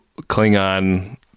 Klingon